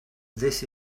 this